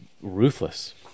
ruthless